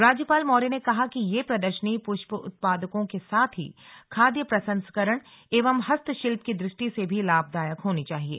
राज्यपाल मौर्य ने कहा कि यह प्रदर्शनी पुष्प उत्पादकों के साथ ही खाद्य प्रसंस्करण एवं हस्तशिल्प की दृष्टि से भी लाभदायक होनी चाहिये